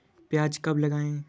प्याज कब लगाएँ?